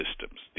systems